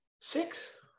Six